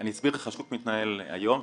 אסביר איך השוק מתנהל היום,